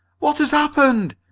what has happened?